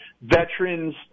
veterans